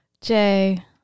Jay